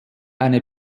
eine